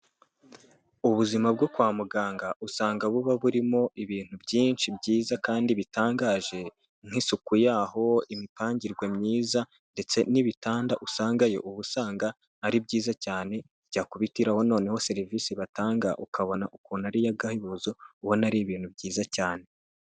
Ubuzima bwo kwa muganga usanga buba burimo ibintu byinshi byiza kandi bitangaje nk'isuku yaho, imipangirwe myiza ndetse n'ibitanda usangayo ubu usanga ari byiza cyane, byakubitiraho no neho serivisi batanga ukabona ukuntu ari iy'agahebuzo, ubona ari ibintu byiza cyane.